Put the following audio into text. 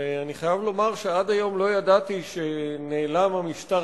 ואני חייב לומר שעד היום לא ידעתי שנעלם המשטר